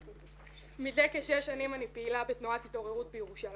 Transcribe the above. מזה כשש שנים אני פעילה בתנועת התעוררות בירושלים,